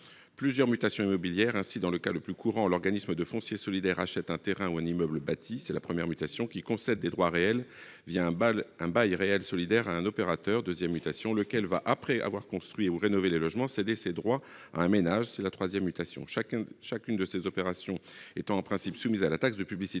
plusieurs mutations immobilières. Ainsi, dans le cas le plus courant, l'organisme de foncier solidaire achète un terrain ou un immeuble bâti- c'est la première mutation -, puis concède des droits réels, un BRS, à un opérateur- il s'agit de la deuxième mutation -, lequel, après avoir construit ou rénové les logements, va céder ses droits à un ménage, ce qui constitue la troisième mutation. Chacune de ces opérations est en principe soumise à la taxe de publicité